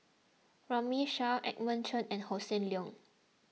Runme Shaw Edmund Chen and Hossan Leong